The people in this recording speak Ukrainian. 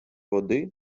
води